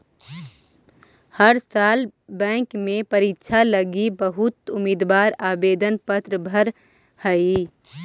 हर साल बैंक के परीक्षा लागी बहुत उम्मीदवार आवेदन पत्र भर हई